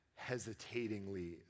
hesitatingly